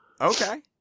Okay